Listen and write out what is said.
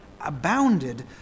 abounded